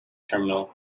terminal